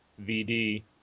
VD